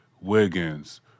Wiggins